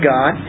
God